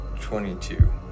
Twenty-two